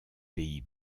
pays